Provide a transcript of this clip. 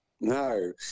No